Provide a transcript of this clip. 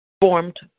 formed